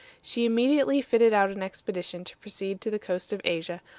she immediately fitted out an expedition to proceed to the coast of asia,